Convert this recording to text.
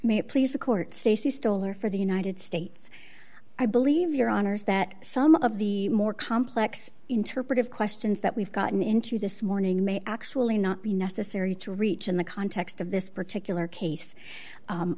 it please the court stacey stoller for the united states i believe your honors that some of the more complex interpretive questions that we've gotten into this morning may actually not be necessary to reach in the context of this particular case